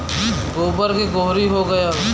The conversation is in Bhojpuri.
गोबर के गोहरी हो गएल